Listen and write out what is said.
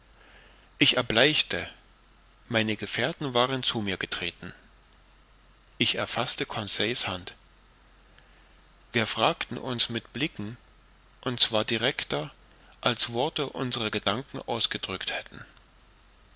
ich erbleichte meine gefährten waren zu mir getreten ich erfaßte conseil's hand wir fragten uns mit blicken und zwar directer als worte unsere gedanken ausgedrückt hätten